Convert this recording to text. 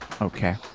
Okay